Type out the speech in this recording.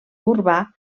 urbà